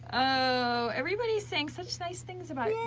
oh, everybody's saying such nice things about